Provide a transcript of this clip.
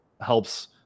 helps